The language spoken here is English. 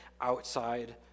outside